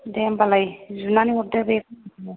दे होमबालाय जुनानै हरदो बे